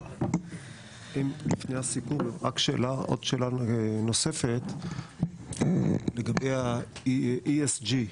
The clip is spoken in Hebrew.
לפני הסיכום, רק עוד שאלה נוספת, לגבי ה-ESG,